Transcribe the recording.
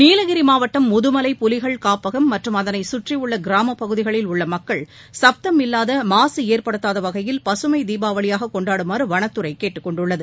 நீலகிரி மாவட்டம் முதுமலை புலிகள் காப்பகம் மற்றும் அதனைச் கற்றியுள்ள கிராமப் பகுதிகளில் உள்ள மக்கள் சப்தம் இல்லாத மாசு ஏற்படுத்தாத வகையில் பசுமை தீபாவளியாக கொண்டாடுமாறு வனத்துறை கேட்டுக்கொண்டுள்ளது